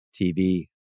TV